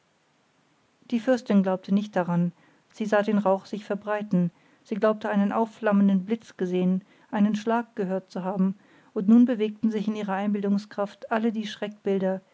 die fürstin glaube nicht daran sie sah den rauch sich verbreiten sie glaubte einen aufflammenden blitz gesehen einen schlag gehört zu haben und nun bewegten sich in ihrer einbildungskraft alle die